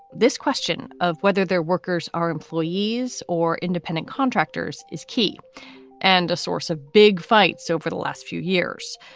this question of whether their workers are employees or independent contractors is key and a source of big fights over the last few years.